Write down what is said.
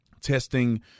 testing